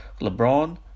LeBron